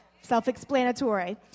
self-explanatory